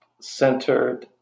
centered